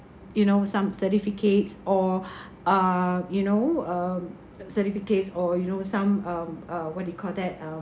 you know some certificates or uh you know um certificates or you know some um uh what do you call that uh